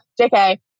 JK